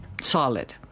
solid